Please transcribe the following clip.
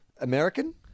American